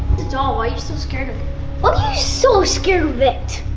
doll, why are you so scared of it? why are you so scared of it?